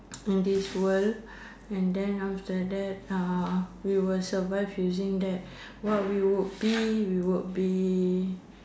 in this world and then after that we will survive using that what we will be we would be